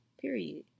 period